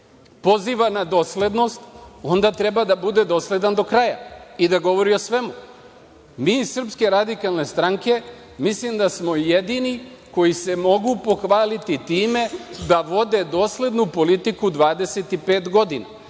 poziva na doslednost, onda treba da bude dosledan do kraja i da govori o svemu. Mi iz SRS mislim da smo jedini koji se mogu pohvaliti time da vode doslednu politiku 25 godina. Ako